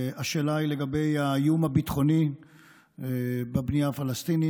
השאלה היא לגבי האיום הביטחוני בבנייה הפלסטינית